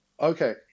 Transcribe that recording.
Okay